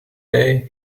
day